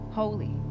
holy